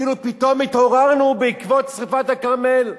כאילו פתאום התעוררנו בעקבות שרפת הכרמל,